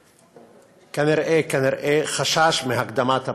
כנראה, כנראה, חשש מהקדמת הבחירות.